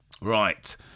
Right